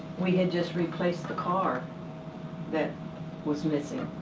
we had just replaced the car that was missing.